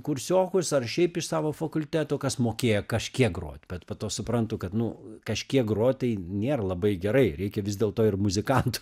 kursiokus ar šiaip iš savo fakulteto kas mokėjo kažkiek grot bet po to suprantu kad nu kažkiek grot tai nėr labai gerai reikia vis dėlto ir muzikantų